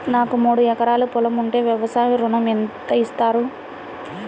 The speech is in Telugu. నాకు మూడు ఎకరాలు పొలం ఉంటే వ్యవసాయ ఋణం ఎంత ఇస్తారు?